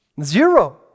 Zero